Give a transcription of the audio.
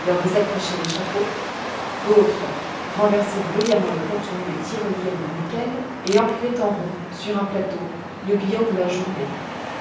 leur désaccrochaient les chapeaux d'autres renversaient bruyamment le contenu des tirelires de nickel et empilaient en rond sur un plateau le billon de la journée